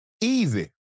Easy